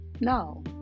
No